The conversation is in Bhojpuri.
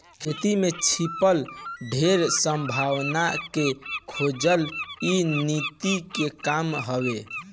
खेती में छिपल ढेर संभावना के खोजल इ नीति के काम हवे